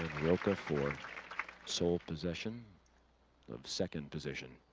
rocca for sole possession the second position.